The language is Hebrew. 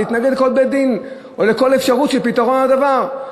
להתנגד לכל בית-דין או לכל אפשרות של פתרון לדבר.